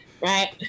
right